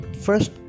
first